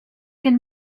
can